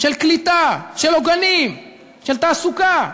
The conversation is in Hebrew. של קליטה, של עוגנים, של תעסוקה.